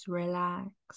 relax